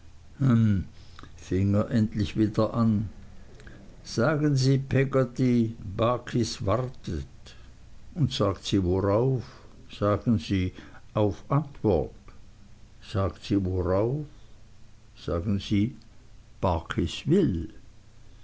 er endlich wieder an sagen sie peggotty barkis wartet und sagt sie worauf sagen sie auf antwort sagt sie worauf sagen sie barkis will